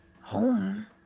home